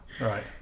Right